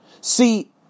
See